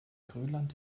grönland